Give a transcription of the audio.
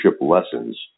lessons